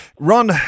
Ron